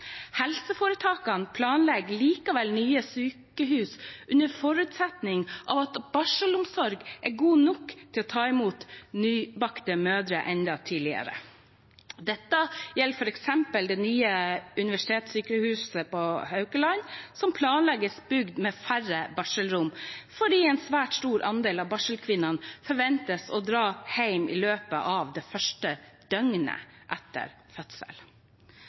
Helseforetakene planlegger likevel nye sykehus under forutsetning av at barselomsorgen er god nok til å ta imot nybakte mødre enda tidligere. Dette gjelder f.eks. det nye universitetssykehuset på Haukeland, som planlegges bygd med færre barselrom fordi en svært stor andel av barselkvinnene forventes å dra hjem i løpet av det første døgnet etter fødsel.